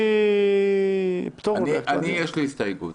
--- לי יש הסתייגות.